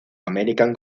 american